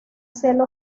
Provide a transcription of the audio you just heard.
celo